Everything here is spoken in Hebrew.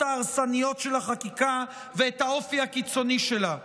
ההרסניות של החקיקה ואת האופי הקיצוני שלה,